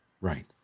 Right